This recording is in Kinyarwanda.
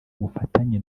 bufatanye